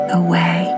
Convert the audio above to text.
away